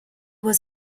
was